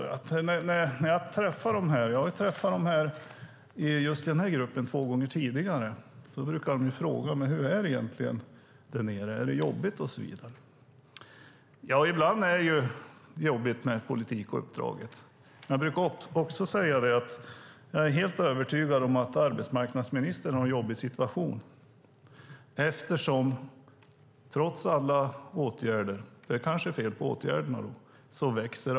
Just den grupp som jag ska träffa i morgon har jag träffat två gånger tidigare, och de brukar fråga mig hur det är egentligen här nere, om det är jobbigt och så vidare. Ja, ibland är det ju jobbigt med politik och uppdraget. Men jag brukar också säga att jag är helt övertygad om att arbetsmarknadsministern har en jobbig situation eftersom arbetslösheten trots alla åtgärder - det kanske är fel på åtgärderna då - växer.